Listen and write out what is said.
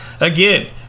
Again